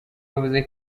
yavuze